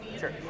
Sure